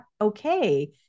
okay